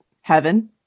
heaven